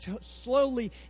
slowly